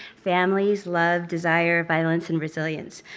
families, love, desire, violence, and resilience.